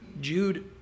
Jude